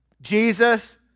Jesus